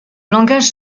langage